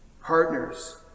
partners